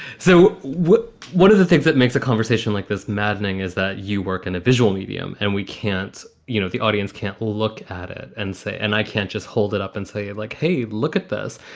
so what what are the things that makes a conversation like this maddening is that you work in a visual medium and we can't you know, the audience can't look at it and say, and i can't just hold it up and say, like, hey, look at this.